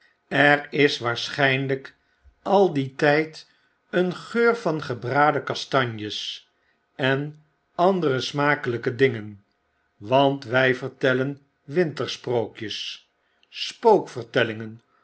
er is waarschynlyk al dien tyd een geur van gebraden kastanjes en andere smakelyke dingen want wy vertellen winter sprookjes spookvertellingen